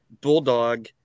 Bulldog